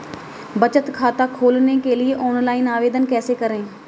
बचत खाता खोलने के लिए ऑनलाइन आवेदन कैसे करें?